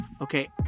Okay